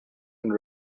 and